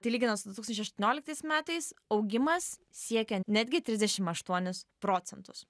tai lyginan su du tūkstančiai aštuonioliktais metais augimas siekė netgi trisdešim aštuonis procentus